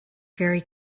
very